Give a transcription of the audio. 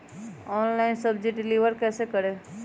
Online सब्जी deliver कैसे करें?